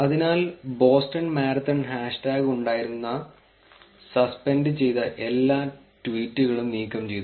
അതിനാൽ Boston marathon hashtag ഉണ്ടായിരുന്ന suspend ചെയ്ത എല്ലാ ട്വീറ്റുകളും നീക്കം ചെയ്തു